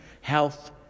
health